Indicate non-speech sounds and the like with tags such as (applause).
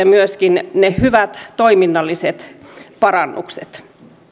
(unintelligible) myöskin ne hyvät toiminnalliset parannukset